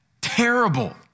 terrible